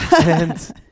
And-